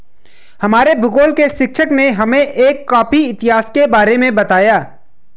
हमारे भूगोल के शिक्षक ने हमें एक कॉफी इतिहास के बारे में बताया